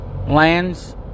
Lands